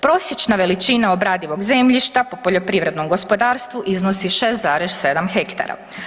Prosječna veličina obradivog zemljišta po poljoprivrednom gospodarstvu iznosi 6,7 hektara.